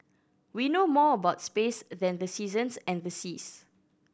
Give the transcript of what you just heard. we know more about space than the seasons and the seas